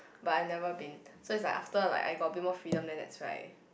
but I've never been so it's like after like I got a bit more freedom then it's right